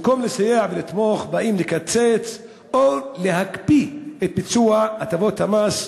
במקום לסייע ולתמוך באים לקצץ או להקפיא את ביצוע הטבות המס.